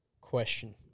Question